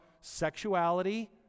sexuality